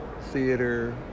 theater